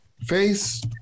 face